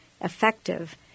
effective